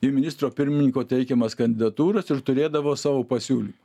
į ministro pirminyko teikiamas kandidatūras ir turėdavo savo pasiūlymų